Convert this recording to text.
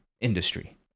industry